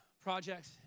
project